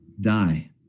die